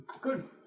Good